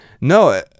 no